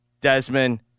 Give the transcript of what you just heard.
Desmond